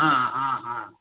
हा हा हा